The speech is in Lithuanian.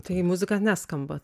tai muzika neskamba